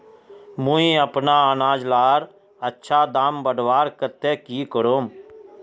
मुई अपना अनाज लार अच्छा दाम बढ़वार केते की करूम?